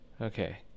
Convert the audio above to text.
Okay